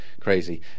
crazy